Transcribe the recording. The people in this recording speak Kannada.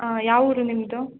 ಯಾವ ಊರು ನಿಮ್ಮದು